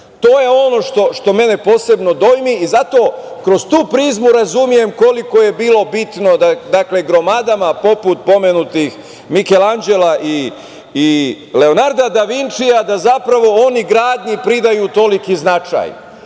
to je ono što mene posebno dojmi i zato kroz tu prizmu razumem koliko je bilo bitno gromadama, poput pomenutih Mikelanđela i Leonarda Da Vinčija, da zapravo oni gradnji pridaju toliki značaj,